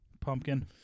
Pumpkin